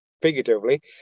figuratively